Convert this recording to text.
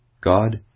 God